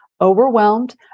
overwhelmed